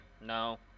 no